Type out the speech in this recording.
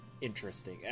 interesting